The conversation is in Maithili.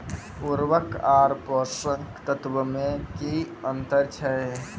उर्वरक आर पोसक तत्व मे की अन्तर छै?